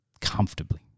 Comfortably